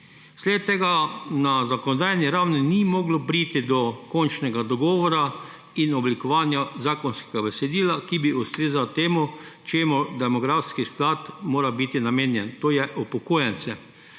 Vsled tega na zakonodajni ravni ni moglo priti do končnega dogovora in oblikovanja zakonskega besedila, ki bi ustrezal temu, čemur demografski sklad mora biti namenjen. To je upokojencem.